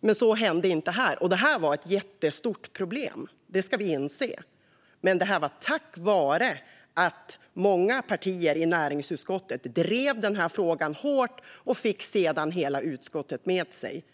men så är det inte här. Vi måste inse att det här varit ett jättestort problem. Men tack vare att många partier i näringsutskottet drev frågan hårt fick de sedan hela utskottet med sig.